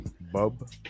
Bub